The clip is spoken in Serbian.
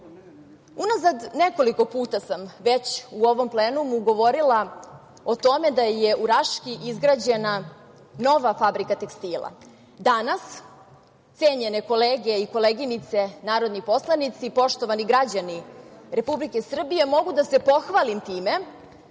Srbije. Unazad nekoliko puta sam već u ovom plenumu govorila o tome da je u Raški izgrađena nova fabrika tekstila. Danas, cenjene kolege i koleginice narodni poslanici, poštovani građani Republike Srbije, mogu da se pohvalim time